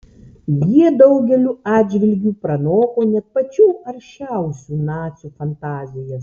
jie daugeliu atžvilgių pranoko net pačių aršiausių nacių fantazijas